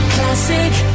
Classic